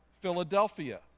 Philadelphia